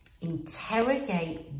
interrogate